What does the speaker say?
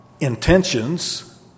intentions